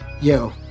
yo